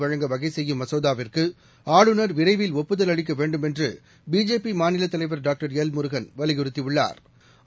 வழங்க வகை செய்யும் மசோதாவிற்கு ஆளுநர் விரைவில் ஒப்புதல் அளிக்க வேண்டும் என்று பிஜேபி மாநிலத் தலைவா் டாக்டர் எல் முருகன் வலியுறுத்தியுள்ளாா்